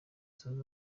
zunze